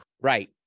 Right